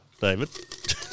David